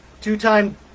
Two-time